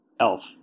elf